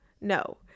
no